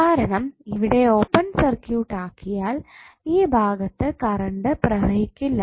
കാരണം ഇവിടെ open circuit ആക്കിയാൽ ഈ ഭാഗത്തു കറണ്ട് പ്രവഹിക്കില്ല